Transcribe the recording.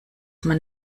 man